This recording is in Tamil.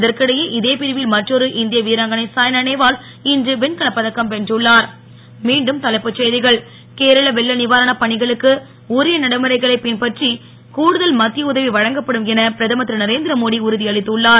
இதற்கிடையே இதேபிரிவில் மற்றொரு இந்திய வீராங்கனை சாய்னா நேவால் இன்று வெண்கலப் பதக்கம் வென்றுள்ளார் மீண்டும் தலைப்புச் செய்திகள் கேரள வெள்ள நிவாரணப் பணிகளுக்கு உரிய நடைமுறைகளைப் பின்பற்றி கூடுதல் மத்திய உதவி வழங்கப்படும் என பிரதமர் திரு நரேந்திரமோடி உறுதியளித்துள்ளார்